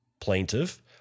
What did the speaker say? Plaintiff